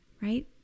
right